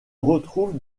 retrouve